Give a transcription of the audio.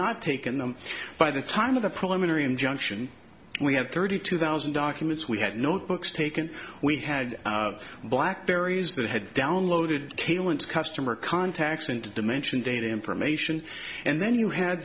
not taken them by the time of the preliminary injunction we had thirty two thousand documents we had notebooks taken we had blackberries that had downloaded kalends customer contacts into dimension data information and then you had